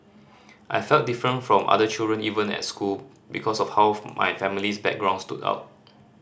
I felt different from other children even at school because of how my family's background stood out